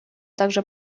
также